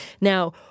Now